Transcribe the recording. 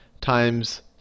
times